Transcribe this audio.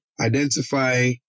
identify